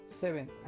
Seven